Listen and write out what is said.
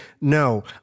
No